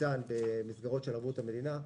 שניתן במסגרות של ערבות המדינה.